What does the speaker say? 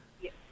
yes